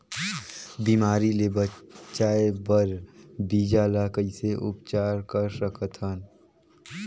बिमारी ले बचाय बर बीजा ल कइसे उपचार कर सकत हन?